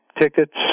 tickets